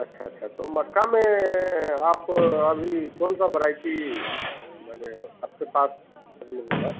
अच्छा अच्छा तो मक्का में आप अभी कौनसा वैरायटी माने आपके पास अवलेबल है